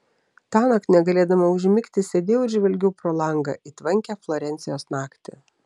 tąnakt negalėdama užmigti sėdėjau ir žvelgiau pro langą į tvankią florencijos naktį